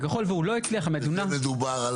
לכן אני לא יכול להגיד לך אם זה יהיה 16:00,